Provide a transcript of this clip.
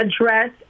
address